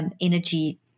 energy